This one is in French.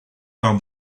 par